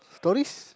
stories